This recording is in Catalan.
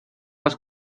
les